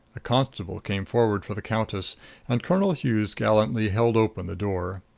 a constable came forward for the countess and colonel hughes gallantly held open the door.